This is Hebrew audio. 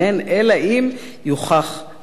אלא אם יוכח ההיפך.